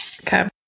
Okay